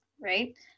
Right